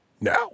now